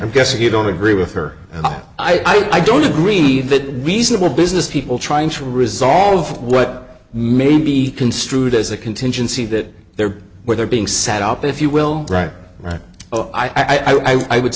i'm guessing you don't agree with her i don't agree that reasonable business people trying to resolve what may be construed as a contingency that they're where they're being set up if you will right right oh i would